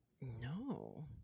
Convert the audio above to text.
No